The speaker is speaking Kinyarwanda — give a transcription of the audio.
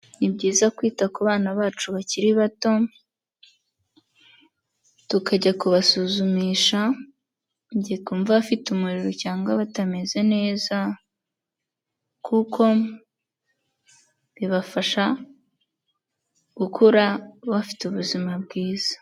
Ni byiza kwita ku bana bacu bakiri bato, tukajya kubasuzumisha, igihe twumva bafite umuriro cyangwa batameze neza, kuko bibafasha gukura bafite ubuzima bwiza.